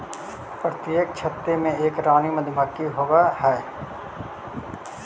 प्रत्येक छत्ते में एक रानी मधुमक्खी होवअ हई